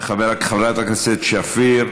חברת הכנסת שפיר,